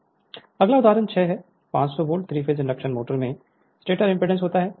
Refer Slide Time 1641 अगला उदाहरण 6 है 500 वोल्ट 3 फेज इंडक्शन मोटर में स्टेटर इम्पीडेंस होता है